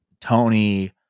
Tony